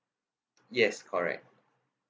yes correct